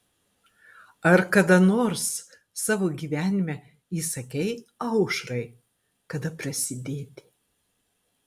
ar kada nors savo gyvenime įsakei aušrai kada prasidėti